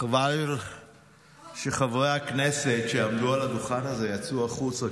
חבל שחברי הכנסת שעמדו על הדוכן הזה יצאו החוצה,